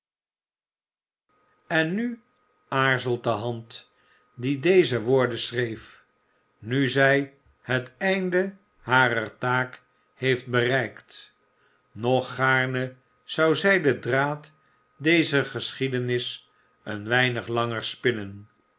en nu aarzelt de hand die deze woorden schreef nu zij het einde harer taak heeft bereikt nog gaarne zou zij den draad dezer geschiedenis een weinig langer spinnen